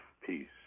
peace